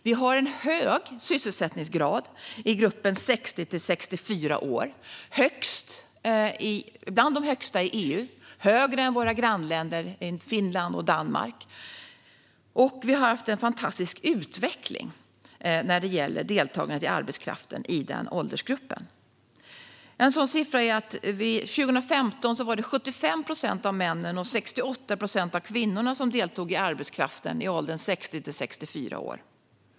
Vi har en hög sysselsättningsgrad i gruppen 60-64 år - bland de högsta i EU och högre än i våra grannländer Finland och Danmark. Vi har också haft en fantastisk utveckling när det gäller deltagandet i arbetskraften i den åldersgruppen. År 2015 var det 75 procent av männen och 68 procent av kvinnorna som deltog i arbetskraften i åldern 60-64 år.